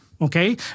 Okay